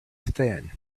thin